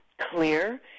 clear